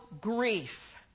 grief